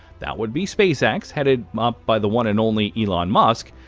that would be space x, headed up by the one and only elon musk,